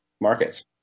markets